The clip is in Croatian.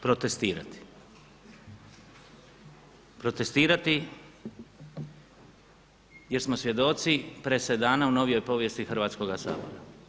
Protestirati jer smo svjedoci presedana u novijoj povijesti Hrvatskoga sabora.